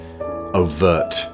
overt